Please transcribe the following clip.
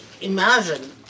imagine